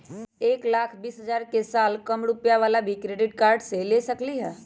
एक लाख बीस हजार के साल कम रुपयावाला भी क्रेडिट कार्ड ले सकली ह?